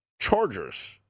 Chargers